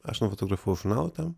aš nufotografavau žurnalui tam